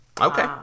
Okay